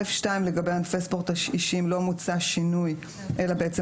לגבי ענפי ספורט אישיים לא מוצע שינוי אלא בעצם